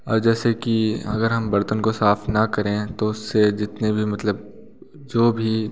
और जैसे कि अगर हम बर्तन को साफ़ ना करें तो उससे जितने भी मतलब जो भी